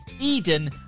Eden